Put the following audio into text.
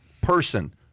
person